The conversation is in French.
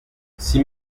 six